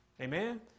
Amen